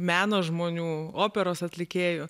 meno žmonių operos atlikėjų